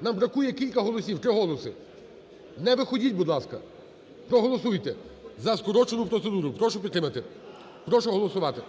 нам бракує кілька голосів, три голоси, не виходьте, будь ласка, проголосуйте за скорочену процедуру. Прошу підтримати, прошу голосувати.